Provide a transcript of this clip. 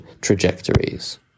trajectories